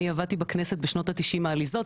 אני עבדתי בכנסת בשנות ה- 90 העליזות,